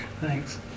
thanks